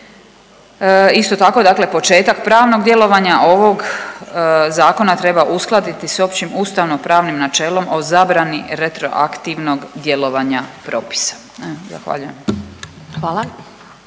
Isto tako dakle početak pravnog djelovanja ovog Zakona treba uskladiti sa općim ustavnopravnim načelom o zabrani retroaktivnog djelovanja propisa. Zahvaljujem.